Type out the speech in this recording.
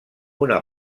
una